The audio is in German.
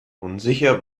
unsicher